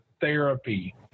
therapy